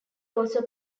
also